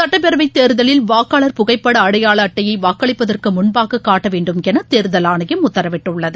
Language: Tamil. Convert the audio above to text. சட்டப்பேரவை தேர்தலில் வாக்காளர் புகைப்பட அடையாள அட்டையை வாக்களிப்பதற்கு முன்பாக னாட்ட வேண்டும் என தேர்தல் ஆணையம் உத்தரவிட்டுள்ளது